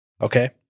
Okay